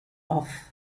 off